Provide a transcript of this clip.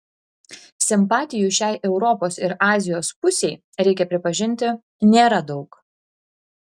simpatijų šiai europos ir azijos pusei reikia pripažinti nėra daug